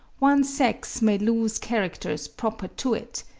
one sex may lose characters proper to it,